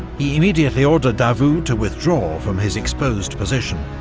he immediately ordered davout to withdraw from his exposed position.